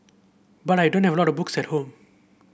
but I don't have a lot of books at home